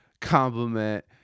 compliment